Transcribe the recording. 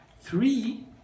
Three